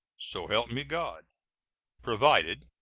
so help me god provided,